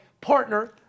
partner